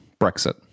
Brexit